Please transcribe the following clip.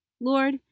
Lord